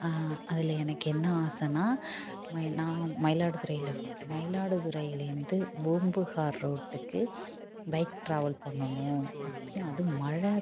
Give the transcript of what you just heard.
அதில் எனக்கு என்ன ஆசைன்னா மை நான் மயிலாடுதுறையில இருக்கேன் மயிலாடுதுறையிலேந்து பூம்புகார் ரோட்டுக்கு பைக் ட்ராவல் பண்ணணும் அப்பயும் அதுவும் மழை